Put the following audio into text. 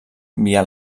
via